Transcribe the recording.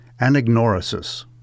Anagnorisis